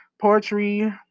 poetry